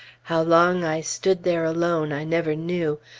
how long i stood there alone, i never knew.